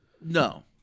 No